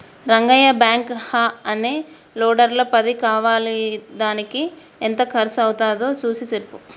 Rangayya backhoe అనే లోడర్ల పది కావాలిదానికి ఎంత కర్సు అవ్వుతాదో సూసి సెప్పు